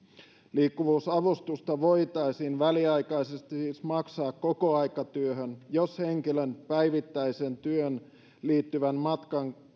liikkuvuusavustusta voitaisiin väliaikaisesti siis maksaa kokoaikatyöhön jos henkilön päivittäiseen työhön liittyvän matkan